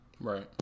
right